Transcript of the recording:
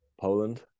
Poland